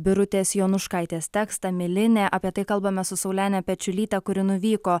birutės jonuškaitės tekstą milinę apie tai kalbamės su saulene pečiulyte kuri nuvyko